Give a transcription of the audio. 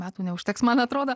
metų neužteks man atroda